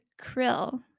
Krill